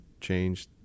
change